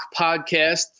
podcast